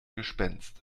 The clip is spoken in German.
gespenst